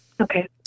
Okay